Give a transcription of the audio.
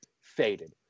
faded